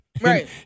Right